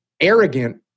arrogant